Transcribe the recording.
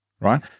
right